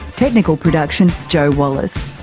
technical production joe wallace,